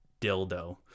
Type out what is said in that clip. dildo